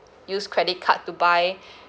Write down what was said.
use credit card to buy